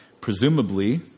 presumably